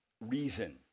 reason